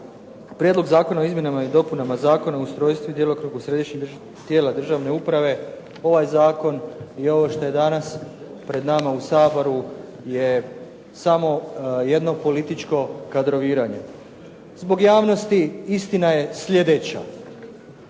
Prijedlog Zakona o izmjenama i dopunama Zakona o ustrojstvu i djelokrugu središnjih tijela državne uprave, ovaj zakon i ovo što je danas pred nama u Saboru je samo jedno političko kadroviranje. Zbog javnosti istina je slijedeća.